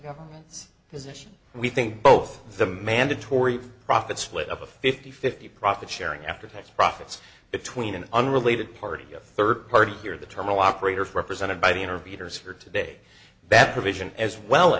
government's position and we think both the mandatory for profit split of a fifty fifty profit sharing after tax profits between an unrelated party a third party here the terminal operators represented by the interviewers for today that provision as well